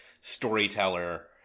storyteller